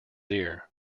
ear